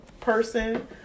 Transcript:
person